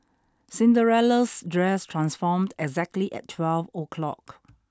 Cinderella's dress transformed exactly at twelve O clock